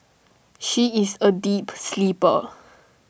she is A deep sleeper